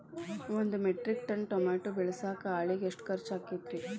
ಒಂದು metric ton tomato ಬೆಳಸಾಕ್ ಆಳಿಗೆ ಎಷ್ಟು ಖರ್ಚ್ ಆಕ್ಕೇತ್ರಿ?